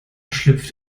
schlüpft